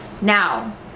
now